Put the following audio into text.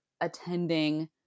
attending